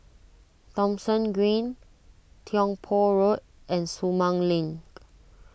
Thomson Green Tiong Poh Road and Sumang Link